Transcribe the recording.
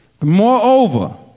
Moreover